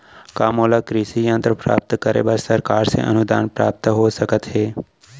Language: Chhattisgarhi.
का मोला कृषि यंत्र प्राप्त करे बर सरकार से अनुदान प्राप्त हो सकत हे?